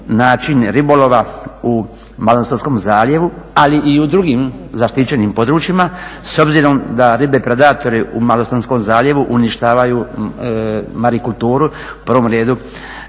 način ribolova u Malostonskom zaljevu, ali i u drugim zaštićenim područjima s obzirom da ribe predatori u Malostonskom zaljevu uništavaju marikulturu u prvom redu